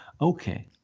okay